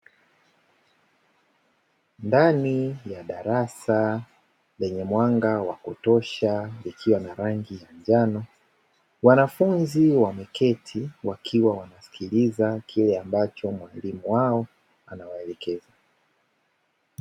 Ndani ya darasa lenye mwanga wa kutosha likiwa na rangi ya njano, wanafunzi wameketi wakiwa wanasikiliza kile ambacho mwalimu wao anawaelekeza.